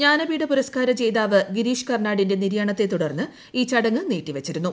ജ്ഞാനപീഠ പുരസ്കാര ജേതാവ് ഗിരീഷ് കർണാഡിന്റെ നിര്യാണത്തെ തുടർന്ന് ഈ ചടങ്ങ് നീട്ടിവച്ചിരുന്നു